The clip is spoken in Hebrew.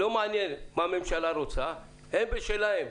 לא מעניין מה הממשלה רוצה, הם בשלהם.